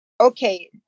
okay